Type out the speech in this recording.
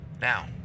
Now